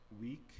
week